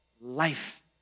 life